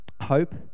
hope